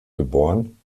geboren